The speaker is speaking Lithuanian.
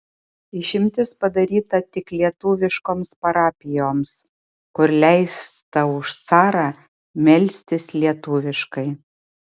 išimtis padaryta tik lietuviškoms parapijoms kur leista už carą melstis lietuviškai